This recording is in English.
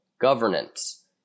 governance